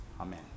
Amen